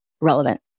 relevant